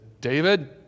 David